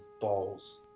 balls